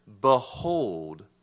Behold